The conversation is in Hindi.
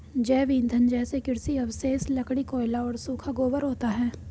जैव ईंधन जैसे कृषि अवशेष, लकड़ी, कोयला और सूखा गोबर होता है